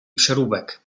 przeróbek